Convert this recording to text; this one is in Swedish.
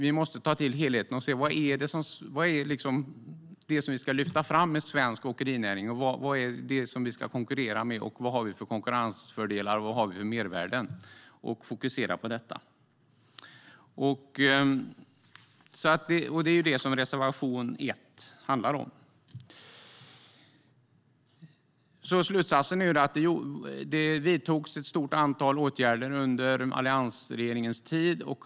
Vi måste se till helheten och se vad det är vi ska lyfta fram med svensk åkerinäring, vad det är vi ska konkurrera med och vad vi har för konkurrensfördelar och mervärden och fokusera på detta. Det är det som reservation 1 handlar om. Slutsatsen är att det vidtogs ett stort antal åtgärder under alliansregeringens tid.